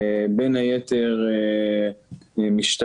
בין היתר המשטרה,